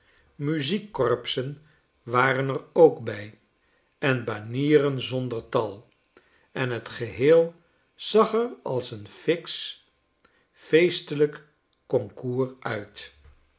muziekkorpsen waren en ook bij en banieren zonder tal en het geheel zag er als een fiksch feestelijk concours uit